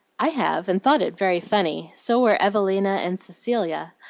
i have, and thought it very funny so were evelina and cecilia.